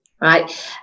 right